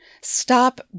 stop